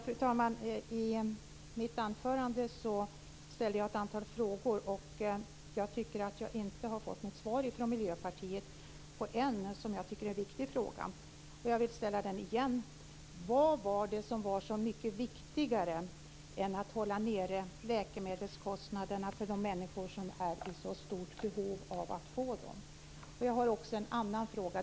Fru talman! Jag ställde ett antal frågor i mitt anförande. Jag tycker inte att jag har fått något svar från Miljöpartiet på en viktig fråga. Jag vill ställa den igen: Vad var det som var så mycket viktigare än att hålla ned läkemedelskostnaderna för de människor som är i så stort behov av läkemedel? Jag har också en annan fråga.